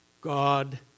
God